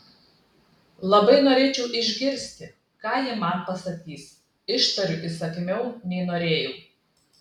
labai norėčiau išgirsti ką ji man pasakys ištariu įsakmiau nei norėjau